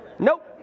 Nope